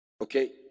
Okay